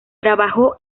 trabajó